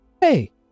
Hey